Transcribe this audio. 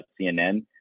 CNN